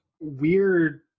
weird